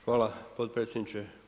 Hvala potpredsjedniče.